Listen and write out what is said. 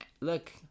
look